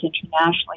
internationally